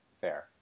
Fair